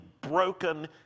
broken